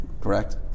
correct